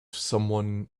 someone